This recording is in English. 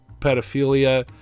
pedophilia